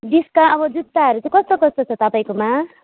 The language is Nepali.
डिस्का अब जुत्ताहरू चाहिँ कस्तो कस्तो छ तपाईँकोमा